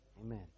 Amen